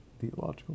theological